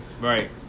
Right